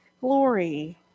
glory